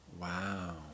Wow